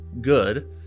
good